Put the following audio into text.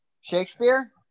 Shakespeare